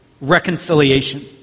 Reconciliation